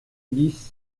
dix